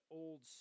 old